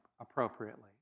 appropriately